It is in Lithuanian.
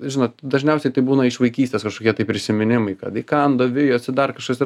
žinot dažniausiai tai būna iš vaikystės kažkokie tai prisiminimai kad įkando vijosi dar kažkas ir